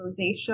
rosacea